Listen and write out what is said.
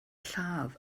lladd